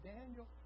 Daniel